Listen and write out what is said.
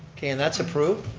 okay and that's approved.